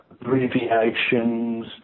abbreviations